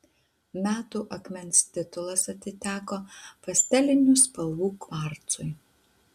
metų akmens titulas atiteko pastelinių spalvų kvarcui